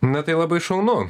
na tai labai šaunu